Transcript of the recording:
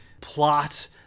plot